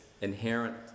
inherent